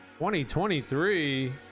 2023